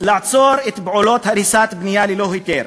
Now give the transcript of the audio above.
לעצור את פעולות הריסת הבנייה ללא היתר,